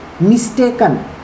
mistaken